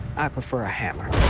i prefer a hammer.